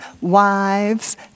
wives